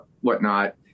whatnot